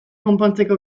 konpontzeko